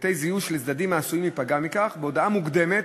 פרטי זיהוי של צדדים העשויים להיפגע מכך בהודעה מוקדמת